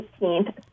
18th